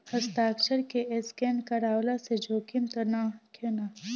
हस्ताक्षर के स्केन करवला से जोखिम त नइखे न?